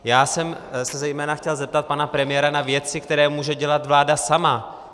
Já jsem se zejména chtěl zeptat pana premiéra na věci, které může dělat vláda sama.